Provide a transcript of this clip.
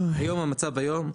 במצב הקיים היום,